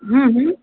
हूँ हूँ